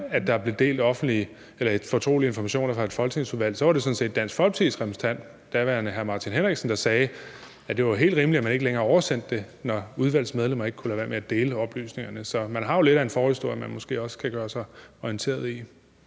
der blev delt fortrolige informationer fra et folketingsudvalg, så var det sådan set Dansk Folkepartis daværende repræsentant, hr. Martin Henriksen, der sagde, at det var helt rimeligt, at man ikke længere oversendte det, når udvalgets medlemmer ikke kunne lade være med at dele oplysningerne. Så man har jo lidt en forhistorie, man måske også kunne orientere sig